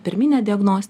pirminė diagnozė